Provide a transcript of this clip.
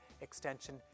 extension